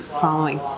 following